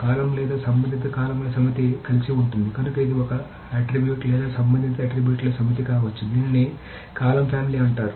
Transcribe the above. column లేదా సంబంధిత కాలమ్ల సమితి కలిసి ఉంటుంది కనుక ఇది ఒక ఆట్రిబ్యూట్ లేదా సంబంధిత ఆట్రిబ్యూట్ల సమితి కావచ్చు దీనిని కాలమ్ ఫ్యామిలీ అంటారు